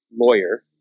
lawyer